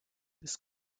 this